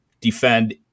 defend